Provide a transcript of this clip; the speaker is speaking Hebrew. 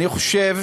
אני חושב